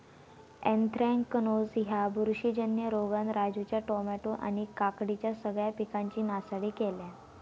anthracnose ह्या बुरशीजन्य रोगान राजूच्या टामॅटो आणि काकडीच्या सगळ्या पिकांची नासाडी केल्यानं